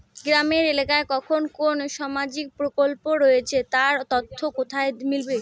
গ্রামের এলাকায় কখন কোন সামাজিক প্রকল্প রয়েছে তার তথ্য কোথায় মিলবে?